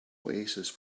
oasis